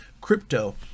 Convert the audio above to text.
crypto